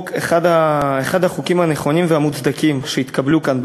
אחד החוקים הנכונים והמוצדקים שהתקבלו כאן,